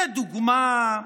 לדוגמה,